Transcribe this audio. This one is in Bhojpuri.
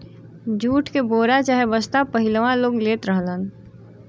जूट के बोरा चाहे बस्ता पहिलवां लोग लेत रहलन